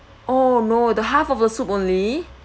oh no the half of the soup only